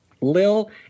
Lil